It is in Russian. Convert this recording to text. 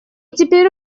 теперь